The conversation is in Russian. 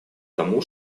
тому